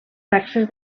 taxes